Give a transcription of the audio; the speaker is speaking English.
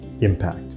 impact